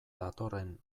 datorren